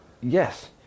Yes